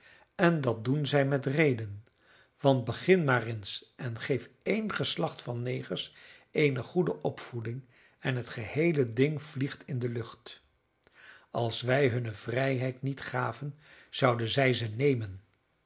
en dat doen zij met reden want begin maar eens en geef één geslacht van negers eene goede opvoeding en het geheele ding vliegt in de lucht als wij hun hunne vrijheid niet gaven zouden zij ze nemen